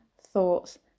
thoughts